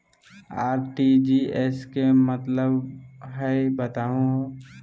RTGS के का मतलब हई, बताहु हो?